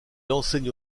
enseigne